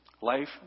Life